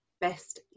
best